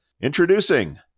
Introducing